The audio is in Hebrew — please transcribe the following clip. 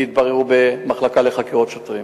הם יתבררו במחלקת לחקירות שוטרים.